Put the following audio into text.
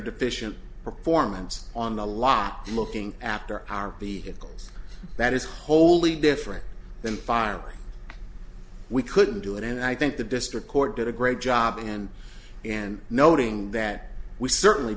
deficient performance on the law looking after our vehicles that is wholly different than firing we couldn't do it and i think the district court did a great job and and noting that we certainly